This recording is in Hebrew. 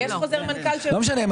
לא משנה.